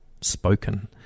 spoken